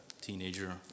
teenager